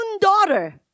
daughter